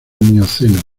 mioceno